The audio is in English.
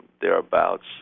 thereabouts